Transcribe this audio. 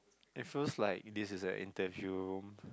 it feels like this is an interview